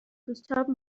gustave